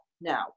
now